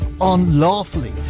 unlawfully